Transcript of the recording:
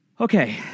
Okay